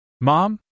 Mom